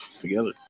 together